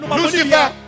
lucifer